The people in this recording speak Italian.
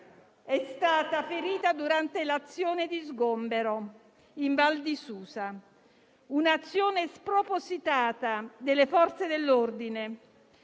È stata ferita durante un'azione di sgombero in Val di Susa, un'azione spropositata delle Forze dell'ordine.